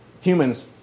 humans